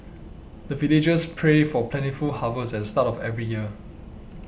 the villagers pray for plentiful harvest at the start of every year